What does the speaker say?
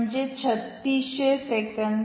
म्हणजे 3600 सेकंद